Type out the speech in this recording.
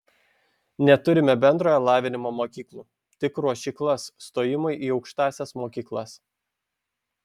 neturime bendrojo lavinimo mokyklų tik ruošyklas stojimui į aukštąsias mokyklas